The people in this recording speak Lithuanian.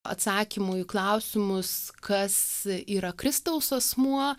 atsakymų į klausimus kas yra kristaus asmuo